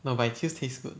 no but it still taste good